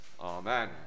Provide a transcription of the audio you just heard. Amen